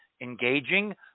engaging